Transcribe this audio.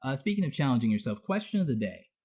ah speaking of challenging yourself, question of the day.